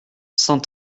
cent